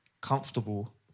comfortable